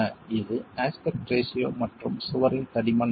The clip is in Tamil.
இது அஸ்பெக்ட் ரேஷியோ மற்றும் சுவரின் தடிமன் ஆகும்